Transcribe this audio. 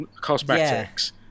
cosmetics